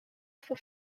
for